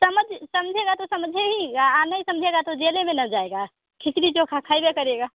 समझ समझेगा तो समझे ही गा और नहीं समझेगा तो जेल ही में ना जाएगा खिचड़ी चोखा खएगा करेगा